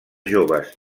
joves